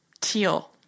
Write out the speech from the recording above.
Teal